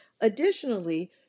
Additionally